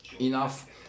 enough